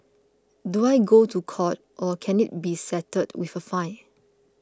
do I go to court or can it be settled with a fine